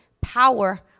power